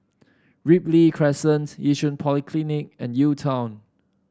Ripley Crescent Yishun Polyclinic and UTown